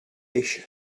eix